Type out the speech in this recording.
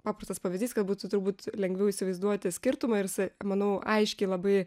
paprastas pavyzdys kad būtų turbūt lengviau įsivaizduoti skirtumą ir jisai manau aiškiai labai